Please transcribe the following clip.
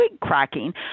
cracking